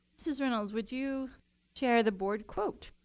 mrs. reynolds, would you share the board quote?